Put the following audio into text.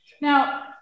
Now